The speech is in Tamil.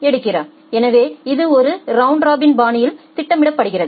எடுக்கிறார் எனவே இது ஒரு ரவுண்ட் பேஷன்திட்டமிடப்படுகிறது